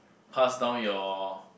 pass down your